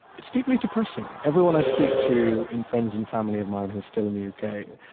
it's deeply depressing. everyone i speak to in friends and family of mine who are still in the u. k,